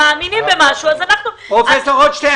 מאמינים במשהו --- פרופ' רוטשטיין,